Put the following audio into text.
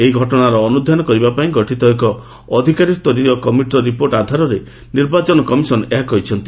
ଏହି ଘଟଣାର ଅନୁଧ୍ୟାନ କରିବାପାଇଁ ଗଠିତ ଏକ ଅଧିକାରୀସ୍ତରୀୟ କମିଟିର ରିପୋର୍ଟ ଆଧାରରେ ନିର୍ବାଚନ କମିଶନ୍ ଏହା କହିଛନ୍ତି